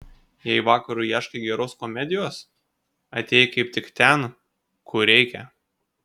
jei vakarui ieškai geros komedijos atėjai kaip tik ten kur reikia